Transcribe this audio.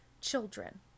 children